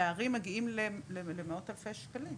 הפערים מגיעים למאות אלפי שקלים